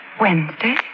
Wednesday